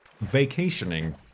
vacationing